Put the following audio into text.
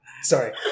Sorry